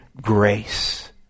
grace